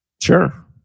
Sure